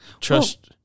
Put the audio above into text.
Trust